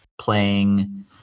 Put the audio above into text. playing